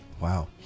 Wow